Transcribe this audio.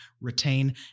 retain